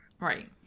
right